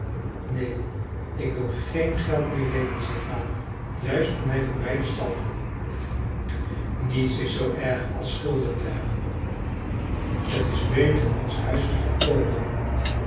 neen ik wil geen geld meer leenen zei vader juist toen hij voorbij den stal ging niets is zoo erg als schulden te hebben t is beter ons huis te verkoopen